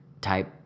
type